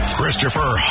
Christopher